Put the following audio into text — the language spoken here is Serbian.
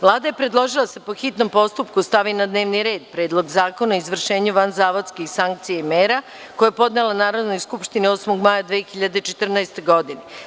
Vlada je predložila da se po hitnom postupku stavi na dnevni red Predlog zakona o izvršenju vanzavodskih sankcija i mera, koje je podnela Narodnoj skupštini 8. maja 2014. godine.